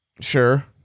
Sure